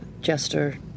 Jester